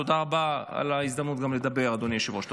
תודה רבה על ההזדמנות גם לדבר, אדוני היושב-ראש.